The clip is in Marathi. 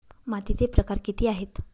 मातीचे प्रकार किती आहेत?